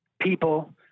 people